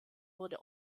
wurde